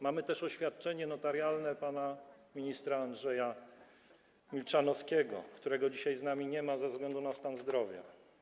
Mamy też oświadczenie notarialne pana ministra Andrzeja Milczanowskiego, którego dzisiaj z nami nie ma ze względu na stan zdrowia.